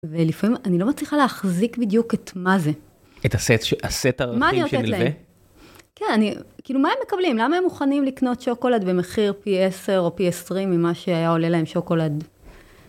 ולפעמים אני לא מצליחה להחזיק בדיוק את מה זה. את הסט הרכיב של לבה? כן, כאילו מה הם מקבלים? למה הם מוכנים לקנות שוקולד במחיר פי 10 או פי 20 ממה שהיה עולה להם שוקולד?